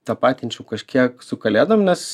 tapatinčiau kažkiek su kalėdom nes